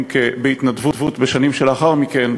אם בהתנדבות בשנים שלאחר מכן,